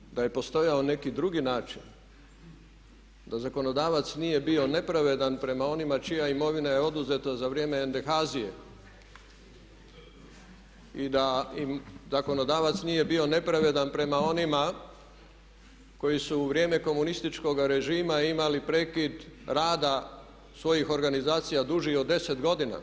Prema tome, da je postojao neki drugi način da zakonodavac nije bio nepravedan prema onima čija imovina je oduzeta za vrijeme NDH-azije i da im zakonodavac nije bio nepravedan prema onima koji su u vrijeme komunističkoga režima imali prekid rada svojih organizacija dužih od 10 godina